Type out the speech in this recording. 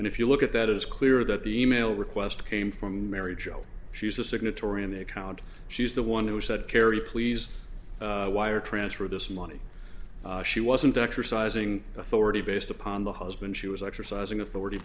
and if you look at that it is clear that the e mail request came from mary jo she's a signatory on the account she's the one who said kerry please wire transfer of this money she wasn't exercising authority based upon the husband she was exercising authority